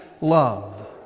love